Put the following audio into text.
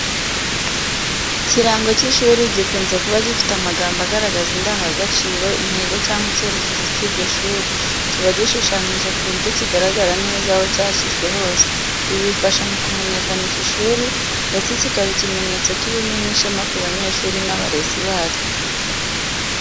Ikirango cy'ishuri gikunze kuba gifite amagambo agaragaza indangagaciro, intego cyangwa icyerekezo cy'iryo shuri. Kiba gishushanyije ku buryo kigaragara neza aho cyashyizwe hose. Ibi bifasha mu kumenyekanisha ishuri, ndetse kikaba ikimenyetso cy'ubumwe n'ishema ku banyeshuri n'abarezi baryo.